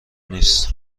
نیست